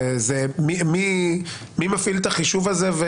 מי מפעיל את החישוב הזה?